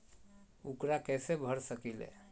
ऊकरा कैसे भर सकीले?